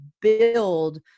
build